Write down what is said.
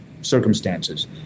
circumstances